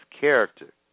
character